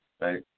right